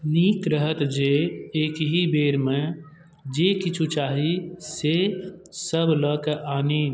नीक रहत जे एकहि बेरमे जे किछु चाही से सब लऽके आनी